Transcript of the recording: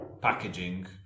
Packaging